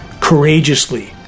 courageously